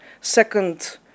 second